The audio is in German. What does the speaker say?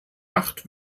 acht